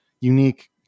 unique